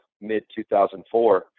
mid-2004